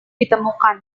ditemukan